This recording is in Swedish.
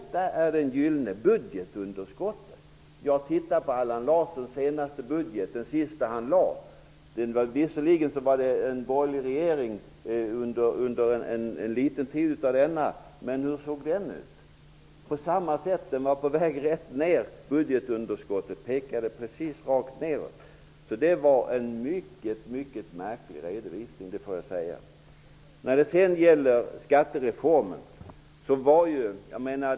Detta är det gyllene budgetunderskottet. Jag tittade på den sista budget som Allan Larsson lade fram. Visserligen var det en borgerlig regering under en kort tid av perioden, men se hur den såg ut! På samma sätt. Enligt den var budgetunderskottet på väg att minska ordentligt. Så det var en mycket märklig redovisning Lars Hedfors gav; det får jag säga!